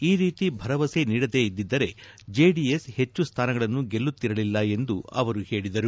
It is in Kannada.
ಈ ರೀತಿ ಭರವಸೆ ನೀಡದೇ ಇದ್ದಿದ್ದರೆ ಜೆಡಿಎಸ್ ಹೆಚ್ಚು ಸ್ಥಾನಗಳನ್ನು ಗೆಲ್ಲುತ್ತಿರಲಿಲ್ಲ ಎಂದು ಅವರು ಹೇಳಿದರು